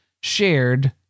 shared